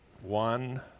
One